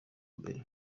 mbere